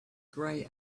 grey